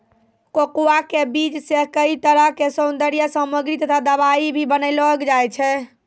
cocoa के बीज सॅ कई तरह के सौन्दर्य सामग्री तथा दवाई भी बनैलो जाय छै